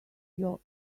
your